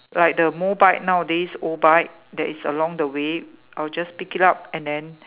like the Mobike nowadays O bike that is along the way I'll just pick it up and then